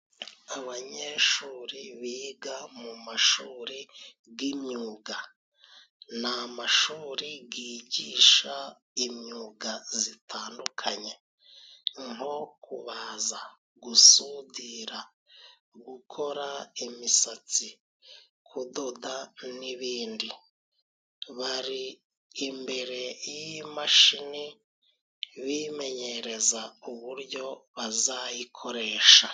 Abanyeshuri biga mu mashuri g'imyuga. Ni amashuri gigisha imyuga zitandukanye nko kubaza, gusudira, gukora imisatsi, kudoda n'ibindi. Bari imbere y'imashini bimenyereza uburyo bazayikoresha.